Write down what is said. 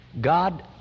god